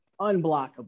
unblockable